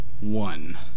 one